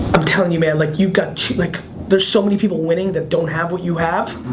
i'm tellin' you man, like you've got, like there's so many people winning that don't have what you have,